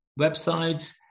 websites